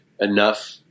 enough